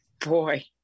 boy